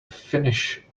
finish